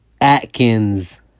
Atkins